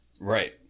Right